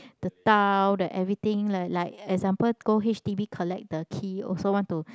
the tile the everything leh like example go h_d_b collect the key also want to